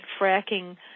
fracking